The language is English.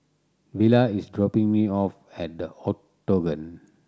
Villa is dropping me off at The Octagon